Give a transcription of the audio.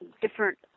different